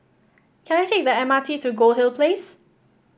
can I take the M R T to Goldhill Place